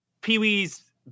Pee-wee's